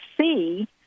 see